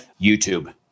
YouTube